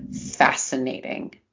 fascinating